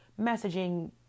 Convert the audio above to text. messaging